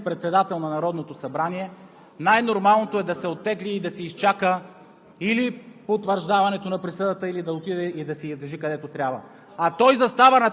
парламентарната трибуна?! Когато осъден човек на четири години, заема позицията заместник-председател на Народното събрание, най-нормалното е, да се оттегли и да си изчака